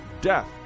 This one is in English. Death